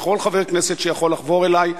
וכל חבר כנסת שיכול לחבור אלי,